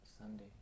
Sunday